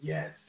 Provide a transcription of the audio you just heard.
Yes